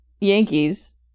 Yankees